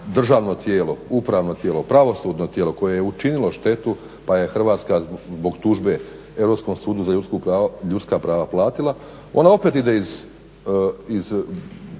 državno tijelo, upravno tijelo, pravosudno tijelo koje je učinilo štetu pa je Hrvatska zbog tužbe Europskom sudu za ljudska prava platila, ona opet ide iz